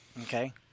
okay